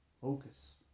focus